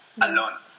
alone